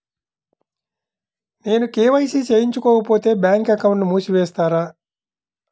నేను కే.వై.సి చేయించుకోకపోతే బ్యాంక్ అకౌంట్ను మూసివేస్తారా?